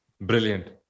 Brilliant